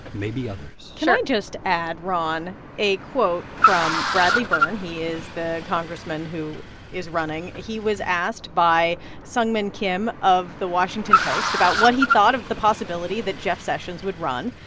maybe others sure can i just add, ron, a quote from bradley byrne? he is the congressman who is running. he was asked by seung min kim of the washington post about what he thought of the possibility that jeff sessions would run.